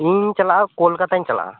ᱤᱧᱤᱧ ᱪᱟᱞᱟᱜ ᱟ ᱠᱚᱞᱠᱟᱛᱟᱧ ᱪᱟᱞᱟᱜ ᱟ